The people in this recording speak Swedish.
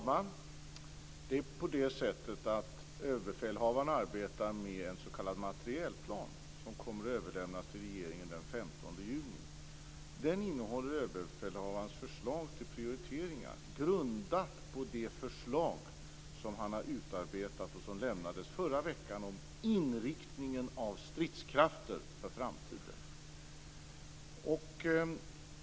Fru talman! Överbefälhavaren arbetar med en s.k. materielplan som kommer att överlämnas till regeringen den 15 juni. Den innehåller överbefälhavarens förslag till prioriteringar grundat på det förslag som han har utarbetat och som lämnades förra veckan om inriktningen av stridskrafter för framtiden.